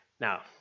Now